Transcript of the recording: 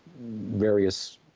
various